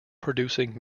producing